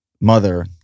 mother